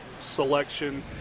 selection